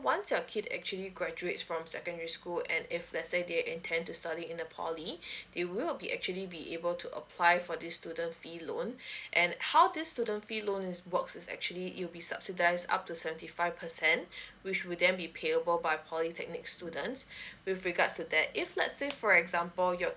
once your kid actually graduate from secondary school and if let's say they intend to study in the poly they will be actually be able to apply for this student fee loan and how this student fee loans works is actually you be subsidized up to seventy five percent which will there be payable by polytechnic students with regards to that if let's say for example you're